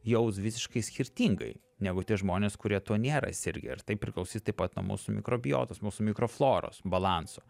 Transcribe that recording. jaus visiškai skirtingai negu tie žmonės kurie tuo nėra sirgę ir tai priklausys taip pat nuo mūsų mikrobiotos mūsų mikrofloros balanso